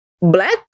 Black